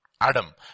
Adam